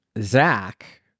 Zach